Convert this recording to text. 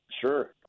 Sure